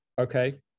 Okay